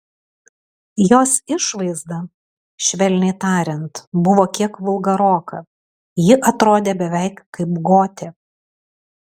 jos išvaizda švelniai tariant buvo kiek vulgaroka ji atrodė beveik kaip gotė